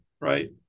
right